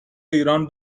ایران